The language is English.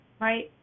right